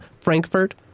Frankfurt